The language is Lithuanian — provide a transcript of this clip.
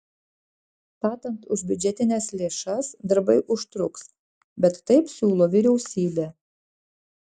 statant už biudžetines lėšas darbai užtruks bet taip siūlo vyriausybė